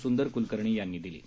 संदर कुलकर्णी यांनी दिली आहे